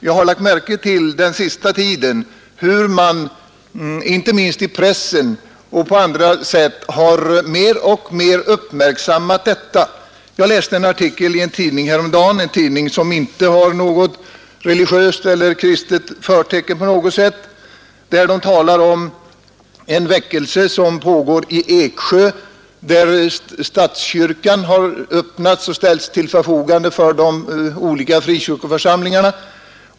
Jag har lagt märke till hur man på den sista tiden inte minst i pressen och även på andra håll mer och mer har uppmärksammat dessa krafter. Jag läste häromdagen en artikel i en tidning, som inte på något sätt har religiöst eller kristet förtecken, om en väckelse som pågår i Eksjö, där statskyrkan har öppnats och ställts till förfogande för de olika frikyrkoförsamlingarna.